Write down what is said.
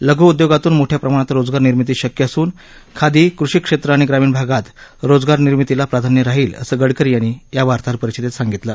लघ् उदयोगातून मोठ्या प्रमाणात रोजगार निर्मिती शक्य असून खादी कृषी क्षेत्र आणि ग्रामीण भागात रोजगार निर्मितीला प्राधान्य राहील असं गडकरी यांनी या वार्ताहरपरिषदेत सांगितलं